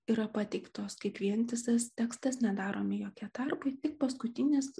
yra pateiktos kaip vientisas tekstas nedaromi jokie tarpai tik paskutinis